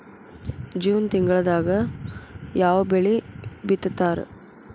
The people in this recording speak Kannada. ಜೂನ್ ತಿಂಗಳದಾಗ ಯಾವ ಬೆಳಿ ಬಿತ್ತತಾರ?